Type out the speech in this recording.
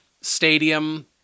stadium